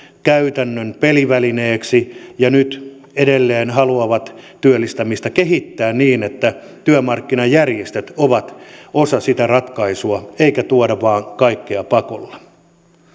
käytännön pelivälineeksi ja nyt edelleen haluaa työllistämistä kehittää niin että työmarkkinajärjestöt ovat osa sitä ratkaisua eikä tuoda vain kaikkea pakolla